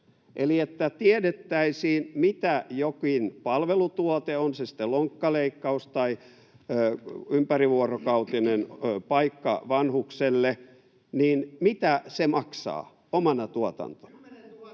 eli että tiedettäisiin, mitä jokin palvelutuote — on se sitten lonkkaleikkaus tai ympärivuorokautinen paikka vanhukselle — maksaa omana tuotantona.